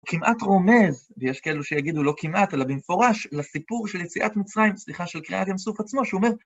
כמעט רומז, ויש כאלו שיגידו, לא כמעט, אלא במפורש, לסיפור של יציאת מצרים, סליחה, של קריאת ים סוף עצמו, שאומר...